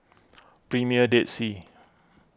Premier Dead Sea